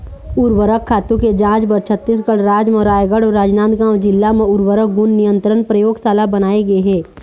उरवरक खातू के जांच बर छत्तीसगढ़ राज म रायगढ़ अउ राजनांदगांव जिला म उर्वरक गुन नियंत्रन परयोगसाला बनाए गे हे